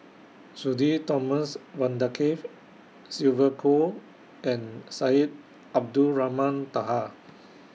Sudhir Thomas Vadaketh Sylvia Kho and Syed Abdulrahman Taha